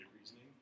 reasoning